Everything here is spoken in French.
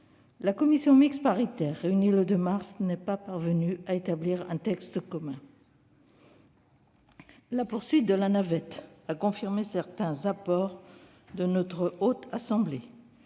la commission mixte paritaire réunie le 2 mars dernier n'est pas parvenue à établir un texte commun. La poursuite de la navette a confirmé certains apports de la Haute Assemblée